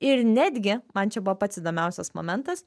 ir netgi man čia buvo pats įdomiausias momentas